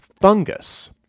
fungus